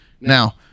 now